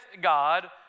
God